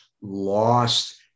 lost